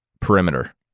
Perimeter